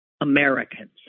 Americans